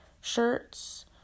shirts